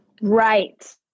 Right